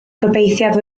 gobeithiaf